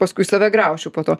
paskui save graužiu po to